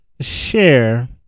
share